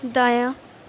دایاں